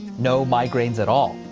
no migraines at all.